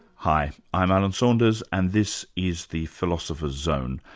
hi, i'm alan saunders and this is the philosopher's zone.